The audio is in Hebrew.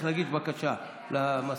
להגיש בקשה למזכירה.